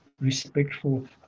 respectful